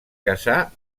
casar